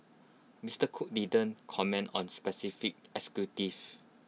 Mister cook didn't comment on specific